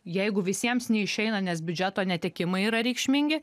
jeigu visiems neišeina nes biudžeto netekimai yra reikšmingi